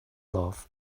love